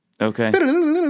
Okay